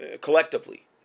collectively